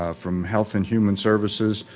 ah from health and human services,